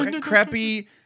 crappy